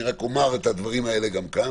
אני רק אומר את הדברים האלה גם כאן.